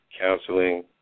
counseling